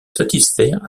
satisfaire